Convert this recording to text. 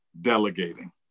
delegating